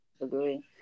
agree